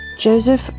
Joseph